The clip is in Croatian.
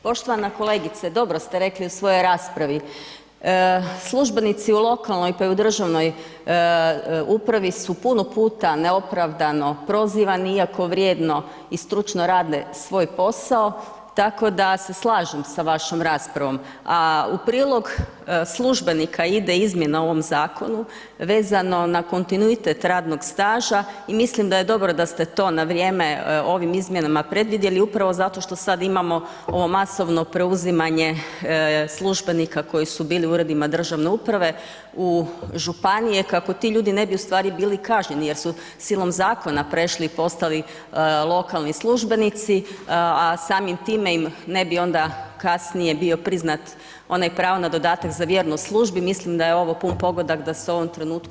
Poštovana kolegice dobro ste rekli u svojoj raspravi, službenici u lokalnoj pa i u državnoj upravi su puno puta neopravdano prozivani iako vrijedno i stručno rade svoj posao, tako da se slažem sa vašom raspravom, a u prilog službenika ide izmjena u ovom zakonu vezano na kontinuitet radnog staža i mislim da je dobro da ste to na vrijeme ovim izmjenama predvidjeli upravo zato što sad imamo ovo masovno preuzimanje službenika koji su bili u uredima državne uprave u županije kako ti ljudi ne bi ustvari bili kažnjeni jer su silom zakona prešli i postali lokalni službenici, a samim time im ne bi onda kasnije ne bi bio priznat onaj pravo na dodatak za vjernost službi, mislim da je ovo pun pogodak, da se u ovom trenutku išlo na ovu izmjenu.